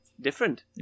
different